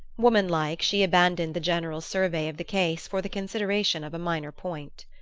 womanlike, she abandoned the general survey of the case for the consideration of a minor point.